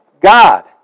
God